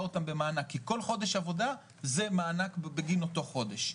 אותם במענק כי כל חודש עבודה זה מענק בגין אותו חודש.